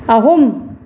ꯑꯍꯨꯝ